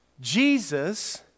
Jesus